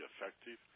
effective